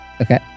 Okay